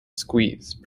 squeeze